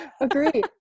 Agree